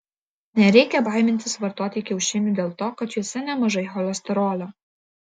nereikia baimintis vartoti kiaušinių dėl to kad juose nemažai cholesterolio